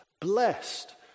blessed